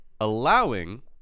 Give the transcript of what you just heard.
allowing